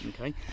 Okay